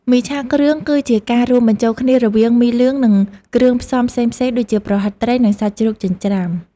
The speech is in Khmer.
មីឆាគ្រឿងគឺជាការរួមបញ្ចូលគ្នារវាងមីលឿងនិងគ្រឿងផ្សំផ្សេងៗដូចជាប្រហិតត្រីនិងសាច់ជ្រូកចិញ្ច្រាំ។